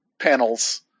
panels